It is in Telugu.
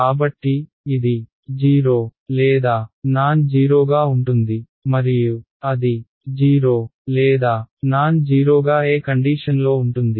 కాబట్టి ఇది 0 లేదా నాన్జీరోగా ఉంటుంది మరియు అది 0 లేదా నాన్జీరోగా ఏ కండీషన్లో ఉంటుంది